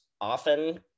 often